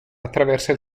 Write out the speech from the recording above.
attraversa